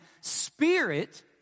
Spirit